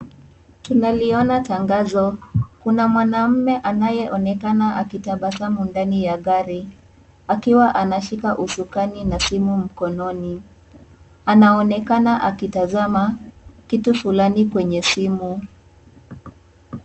Tunaliona tangazo. Kuna mwanamme anayeonekana akitabasamu ndani ya gari, akiwa anashika usukani na simu mkononi. Anaonekana akitazama kitu fulani kwenye simu.